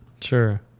Sure